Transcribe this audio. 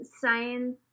science